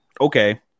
okay